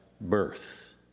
birth